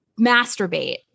Masturbate